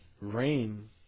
Rain